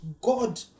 God